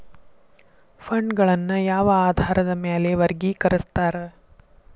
ಫಂಡ್ಗಳನ್ನ ಯಾವ ಆಧಾರದ ಮ್ಯಾಲೆ ವರ್ಗಿಕರಸ್ತಾರ